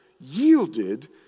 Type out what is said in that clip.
yielded